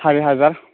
सारि हाजार